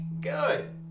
Good